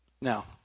Now